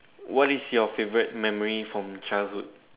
what is your favorite memory from childhood